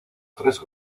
tres